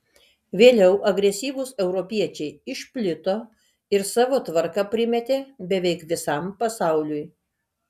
vėliau agresyvūs europiečiai išplito ir savo tvarką primetė beveik visam pasauliui